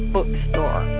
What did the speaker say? Bookstore